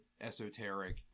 esoteric